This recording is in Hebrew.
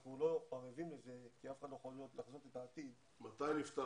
ואנחנו לא ערבים לזה כי אף אחד לא יכול לחזות את העתיד --- מתי נפתח?